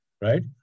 right